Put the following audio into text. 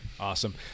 Awesome